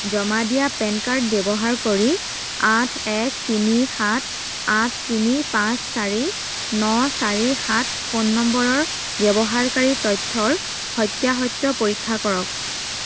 জমা দিয়া PAN card ব্যৱহাৰ কৰি আঠ এক তিনি সাত আঠ তিনি পাঁচ চাৰি ন চাৰি সাত ফোন নম্বৰৰ ব্যৱহাৰকাৰীৰ তথ্যৰ সত্য়াসত্য় পৰীক্ষা কৰক